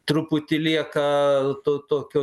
truputį lieka to tokio